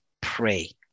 pray